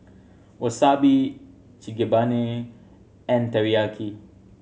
Wasabi Chigenabe and Teriyaki